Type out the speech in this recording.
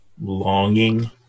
longing